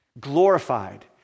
glorified